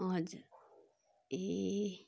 हजुर ए